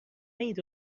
ایده